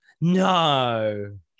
No